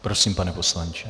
Prosím, pane poslanče.